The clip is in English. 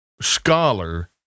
scholar